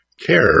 care